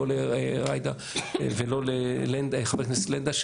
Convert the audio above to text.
לא לג'ידא ולא לחברת הכנסת לנדה,